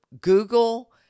Google